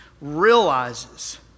realizes